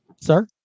sir